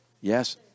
Yes